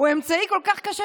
הוא אמצעי כל כך קשה,